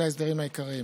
אלה ההסדרים העיקריים: